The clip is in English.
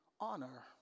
honor